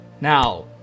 Now